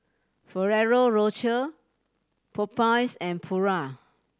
Ferrero Rocher Popeyes and Pura